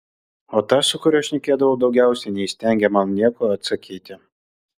o tas su kuriuo šnekėdavau daugiausiai neįstengė man nieko atsakyti